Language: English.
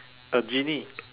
a genie